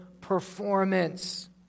performance